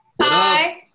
Hi